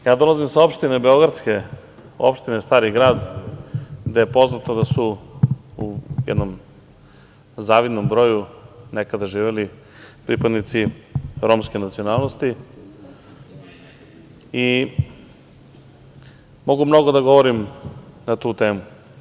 Ja dolazim sa beogradske opštine, opštine Stari Grad, gde je poznato da su u jednom zavidnom broju nekada živeli pripadnici romske nacionalnosti i mogu mnogo da govorim na tu temu.